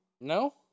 no